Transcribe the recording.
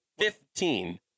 Fifteen